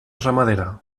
ramadera